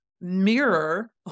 mirror